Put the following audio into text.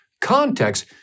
context